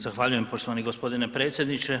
Zahvaljujem poštovani gospodine predsjedniče.